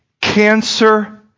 cancer